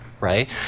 Right